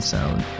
Sound